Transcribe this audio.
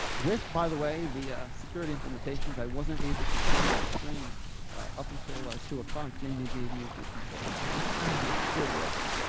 with. by the way, the ah security implementations. i wasn't able to share my screen up until ah two o'clock. jamie gave me the controls. that's security right there.